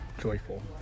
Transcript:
joyful